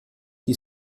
die